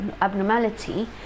abnormality